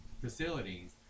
facilities